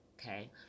okay